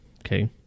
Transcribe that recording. okay